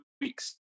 weeks